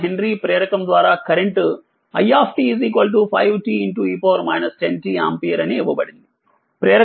01 హెన్రీప్రేరకం ద్వారా current i 5t e 10t ampere అని ఇవ్వబడింది